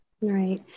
Right